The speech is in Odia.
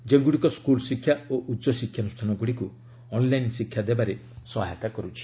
ଯେଉଁଗୁଡ଼ିକ ସ୍କୁଲ୍ଶିକ୍ଷା ଓ ଉଚ୍ଚଶିକ୍ଷାନୁଷାନଗୁଡ଼ିକୁ ଅନଲାଇନ ଶିକ୍ଷା ଦେବାରେ ସହାୟତା କରୁଛି